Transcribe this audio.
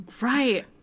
Right